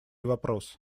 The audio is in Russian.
вопрос